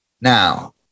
Now